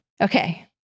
Okay